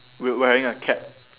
wear~ wearing a cap